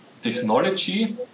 Technology